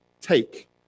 take